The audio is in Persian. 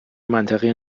منطقی